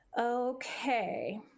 okay